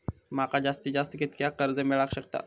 माका जास्तीत जास्त कितक्या कर्ज मेलाक शकता?